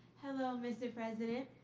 hello, mr. president.